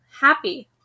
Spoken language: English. happy